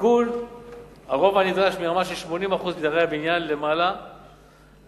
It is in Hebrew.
תיקון הרוב הנדרש מרמה של 80% מדיירי הבניין למעל ל-50%,